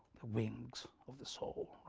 the wings of the soul,